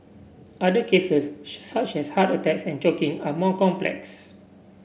other cases such as heart attacks and choking are more complex